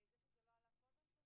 עוד לפני שנכנסת הצעת החוק הזאת הונחה.